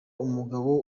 umugabo